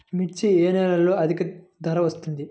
మిర్చి ఏ నెలలో అధిక ధర వస్తుంది?